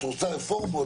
את רוצה רפורמות,